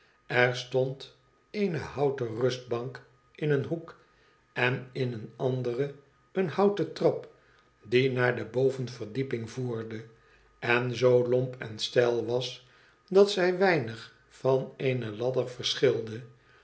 r stond eene houten rustbank in een hoek en in een anderen eene houten trap die naar de bovenverdieping voerde en zoo lomp en steil was dat zij weinig van eene ladder verschilde